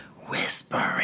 whispering